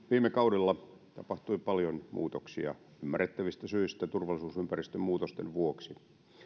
viime kaudella tapahtui paljon muutoksia ymmärrettävistä syistä turvallisuusympäristön muutosten vuoksi